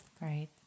Right